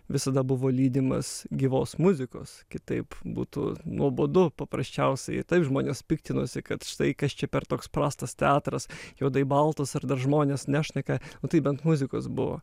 visada buvo lydimas gyvos muzikos kitaip būtų nuobodu paprasčiausiai žmonės piktinosi kad štai kas čia per toks prastas teatras juodai baltas ar dar žmonės nešneka nu tai bent muzikos buvo